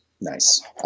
Nice